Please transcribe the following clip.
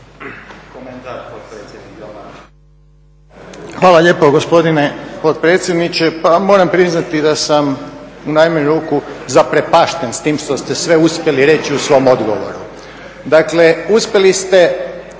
Hvala lijepa gospodine potpredsjedniče. Pa moram priznati da sam u najmanju ruku zaprepašten s tim što ste sve uspjeli reći u svom odgovoru. Dakle, uspjeli ste